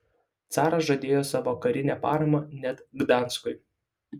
caras žadėjo savo karinę paramą net gdanskui